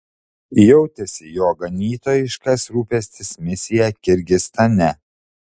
jautėsi jo ganytojiškas rūpestis misija kirgizstane